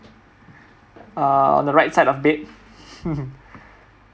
err on the right side of bed